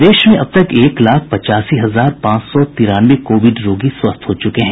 प्रदेश में अब तक एक लाख पचासी हजार पांच सौ तिरानवे कोविड रोगी स्वस्थ हो चुके हैं